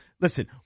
listen